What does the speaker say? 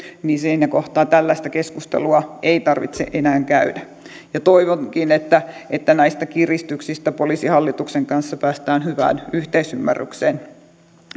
niin siinä kohtaa tällaista keskustelua ei tarvitse enää käydä toivonkin että että näistä kiristyksistä poliisihallituksen kanssa päästään hyvään yhteisymmärrykseen